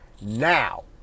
Now